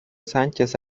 sánchez